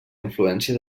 influència